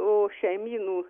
o šeimynų